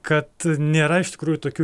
kad nėra iš tikrųjų tokių